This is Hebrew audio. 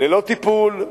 ללא טיפול,